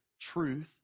truth